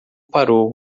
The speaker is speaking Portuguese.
parou